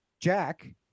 Jack